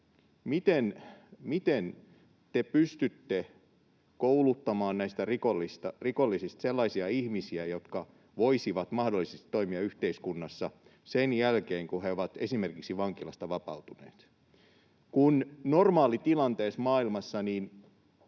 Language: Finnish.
miten te pystytte kouluttamaan näistä rikollisista sellaisia ihmisiä, jotka voisivat mahdollisesti toimia yhteiskunnassa sen jälkeen, kun he ovat esimerkiksi vankilasta vapautuneet. Kun normaalitilanteessa maailmassa